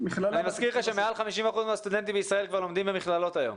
אני מזכיר לך שמעל 50% מהסטודנטים בישראל כבר לומדים במכללות היום.